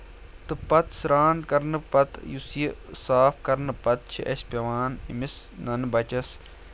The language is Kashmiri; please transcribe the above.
تہٕ پَتہٕ سرٛان کَرنہٕ پَتہٕ یُس یہِ صاف کَرنہٕ پَتہٕ چھِ اَسہِ پٮ۪وان أمِس ننہٕ بَچَس